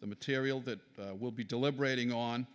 the material that will be deliberating on